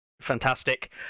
Fantastic